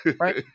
right